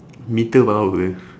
power